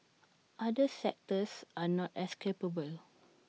other sectors are not as capable